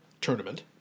tournament